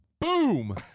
Boom